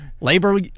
Labor